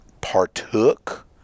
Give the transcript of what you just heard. partook